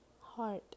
Heart